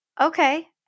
okay